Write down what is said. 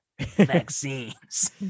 vaccines